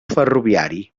ferroviari